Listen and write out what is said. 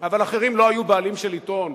אבל אחרים לא היו בעלים של עיתון.